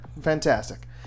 Fantastic